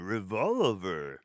Revolver